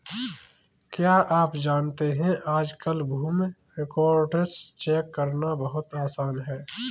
क्या आप जानते है आज कल भूमि रिकार्ड्स चेक करना बहुत आसान है?